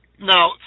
Now